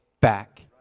back